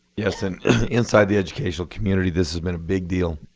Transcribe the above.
yes, and inside the educational community this has been a big deal.